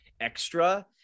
extra